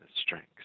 strengths